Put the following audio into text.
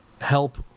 help